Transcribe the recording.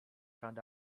found